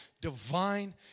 divine